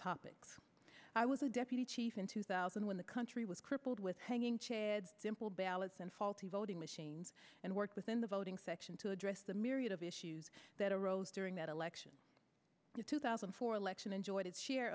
topics i was a deputy chief in two thousand when the country was crippled with hanging chads dimpled ballots and faulty voting machines and work within the voting section to address the myriad of issues that arose during that election two thousand and four election enjoyed its share